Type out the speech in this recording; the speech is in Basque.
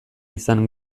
izan